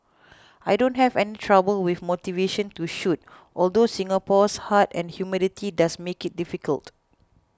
I don't have any trouble with motivation to shoot although Singapore's heat and humidity does make it difficult